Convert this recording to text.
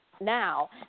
now